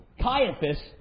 Caiaphas